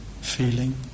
feeling